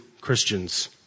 Christians